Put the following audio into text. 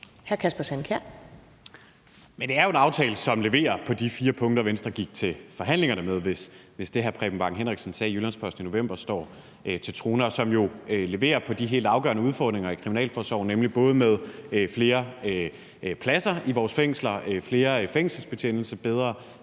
det er jo en aftale, som leverer på de fire punkter, Venstre gik til forhandlingerne med, hvis det, hr. Preben Bang Henriksen sagde i Jyllands-Posten i november, står til troende, og som jo leverer på de helt afgørende udfordringer i kriminalforsorgen. Det gælder flere pladser i vores fængsler, flere fængselsbetjente, bedre